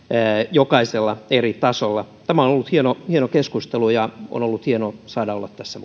jokaisella eri tasolla tämä on ollut hieno keskustelu ja on ollut hienoa saada olla tässä